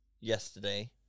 yesterday